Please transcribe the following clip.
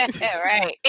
Right